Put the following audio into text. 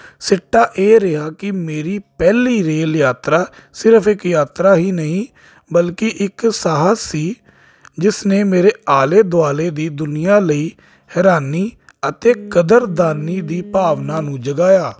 ਸਿੱਟਾ ਇਹ ਰਿਹਾ ਕਿ ਮੇਰੀ ਪਹਿਲੀ ਰੇਲ ਯਾਤਰਾ ਸਿਰਫ ਇਕ ਯਾਤਰਾ ਹੀ ਨਹੀਂ ਬਲਕਿ ਇੱਕ ਸਾਹਸ ਸੀ ਜਿਸ ਨੇ ਮੇਰੇ ਆਲੇ ਦੁਆਲੇ ਦੀ ਦੁਨੀਆਂ ਲਈ ਹੈਰਾਨੀ ਅਤੇ ਕਦਰਦਾਨੀ ਦੀ ਭਾਵਨਾ ਨੂੰ ਜਗਾਇਆ